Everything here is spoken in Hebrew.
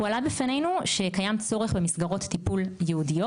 הועלה בפנינו שקיים צורך במסגרות טיפול ייעודיות